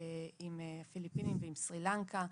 עם הפיליפינים ועם סרילנקה.